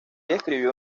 describió